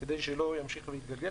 כדי שלא ימשיך להתגלגל.